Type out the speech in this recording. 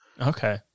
Okay